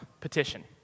petition